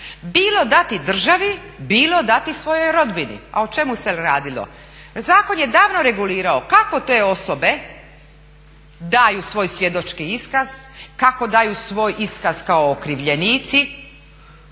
bilo dati državi bilo dati svojoj rodbini. A o čemu se radilo? Zakon je davno regulirao kako te osobe daju svoj svjedočki iskaz, kako daju svoj iskaz kao okrivljenici